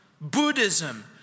Buddhism